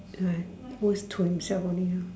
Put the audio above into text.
am I all is to himself only ah